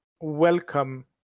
welcome